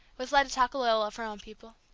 was led to talk a little of her own people.